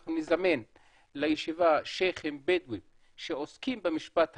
אנחנו נזמן לישיבה שייח'ים בדואים שעוסקים במשפט הבדואי,